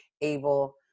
able